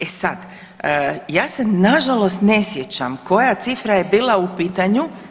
E sad, ja se na žalost ne sjećam koja cifra je bila u pitanju.